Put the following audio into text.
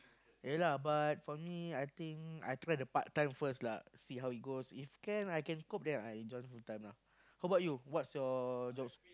ya lah but for me I think I try the part time first lah see how it goes if can I can cope then I join full time lah how about you what's your jobs